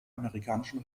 amerikanischen